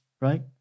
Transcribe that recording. right